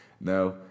Now